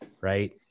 Right